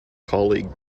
colleague